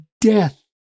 death